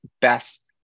best